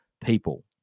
people